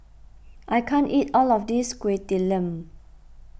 I can't eat all of this Kuih Talam